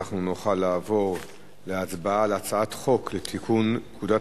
אנחנו נוכל לעבור להצבעה על הצעת חוק לתיקון פקודת